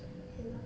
ya lor